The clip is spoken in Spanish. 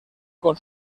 con